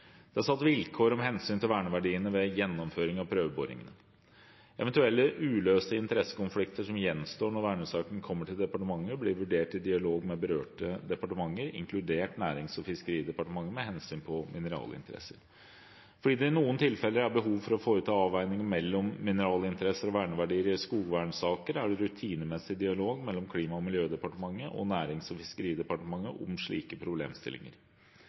Det er satt vilkår om hensyn til verneverdiene ved gjennomføring av prøveboringene. Eventuelle uløste interessekonflikter som gjenstår når vernesaken kommer til departementet, blir vurdert i dialog med berørte departementer, inkludert Nærings- og fiskeridepartementet med hensyn til mineralinteresser. Fordi det i noen tilfeller er behov for å foreta avveiinger mellom mineralinteresser og verneverdier i skogvernsaker, er det rutinemessig dialog mellom Klima- og miljødepartementet og Nærings- og fiskeridepartementet om slike problemstillinger.